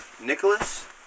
Nicholas